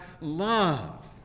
love